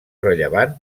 rellevant